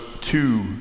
two